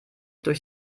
durch